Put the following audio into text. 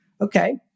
Okay